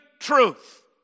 truth